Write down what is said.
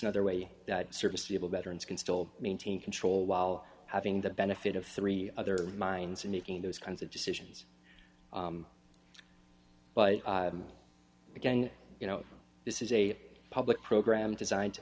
another way that service be able veterans can still maintain control while having the benefit of three other minds in making those kinds of decisions but again you know this is a public program designed to